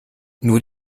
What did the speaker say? nur